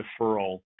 deferral